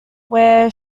where